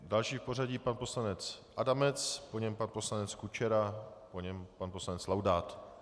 Další v pořadí pan poslanec Adamec, po něm pan poslanec Kučera, po něm pan poslanec Laudát.